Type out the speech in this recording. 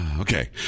Okay